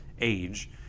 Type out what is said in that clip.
age